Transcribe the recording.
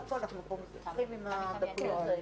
נוכל להחזיר את זה.